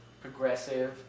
progressive